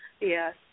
Yes